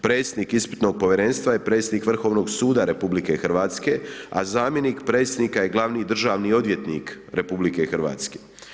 Predsjednik ispitnog povjerenstva je predsjednik Vrhovnog suda RH, a zamjenik predsjednika je glavni državni odvjetnik RH.